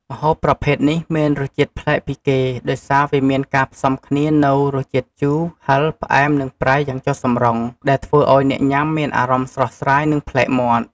ម្ហូបប្រភេទនេះមានរសជាតិប្លែកពីគេ ដោយសារវាមានការផ្សំគ្នានូវ រសជាតិជូរ ហឹរ ផ្អែម និងប្រៃ យ៉ាងចុះសម្រុង ដែលធ្វើឱ្យអ្នកញ៉ាំមានអារម្មណ៍ស្រស់ស្រាយ និងប្លែកមាត់។